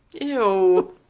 Ew